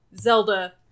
Zelda